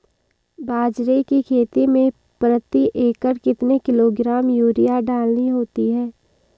बाजरे की खेती में प्रति एकड़ कितने किलोग्राम यूरिया डालनी होती है?